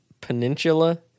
peninsula